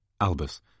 Albus